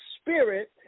Spirit